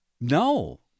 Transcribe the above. No